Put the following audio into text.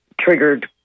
triggered